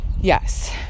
Yes